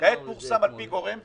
כעת פורסם על פי גורם ביטחוני,